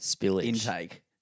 intake